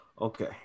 Okay